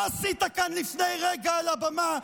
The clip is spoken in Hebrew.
מה עשית כאן לפני רגע על הבמה,